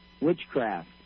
Witchcraft